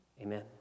Amen